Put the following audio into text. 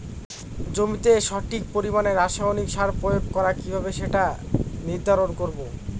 জমিতে সঠিক পরিমাণে রাসায়নিক সার প্রয়োগ করা কিভাবে সেটা নির্ধারণ করব?